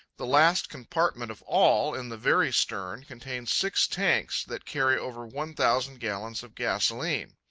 the last compartment of all, in the very stern, contains six tanks that carry over one thousand gallons of gasolene.